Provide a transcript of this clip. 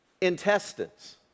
intestines